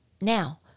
Now